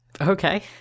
Okay